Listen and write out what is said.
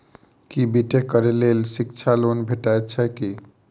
B tech करै लेल शिक्षा लोन भेटय छै की?